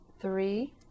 three